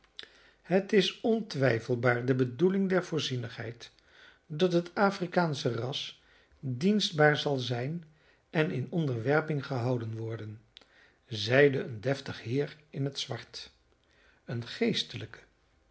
het is ontwijfelbaar de bedoeling der voorzienigheid dat het afrikaansche ras dienstbaar zal zijn en in onderwerping gehouden worden zeide een deftig heer in het zwart een geestelijke